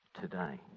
today